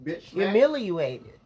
humiliated